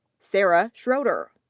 sarah schroeder.